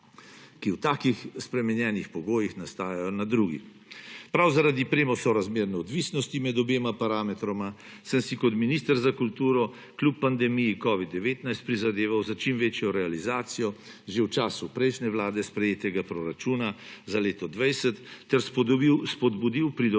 ki v takih spremenjenih pogojih nastajajo, na drugi. Prav zaradi premo sorazmerne odvisnosti med obema parametroma sem si kot minister za kulturo, kljub pandemiji covid-19, prizadeval za čim večjo realizacijo že v času prejšnje vlade sprejetega proračuna za leto 2020 ter spodbudil pridobivanje